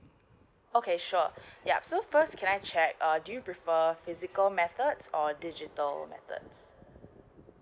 okay sure yup so first can I check uh do you prefer physical methods or digital methods